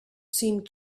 seemed